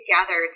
together